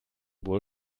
wohl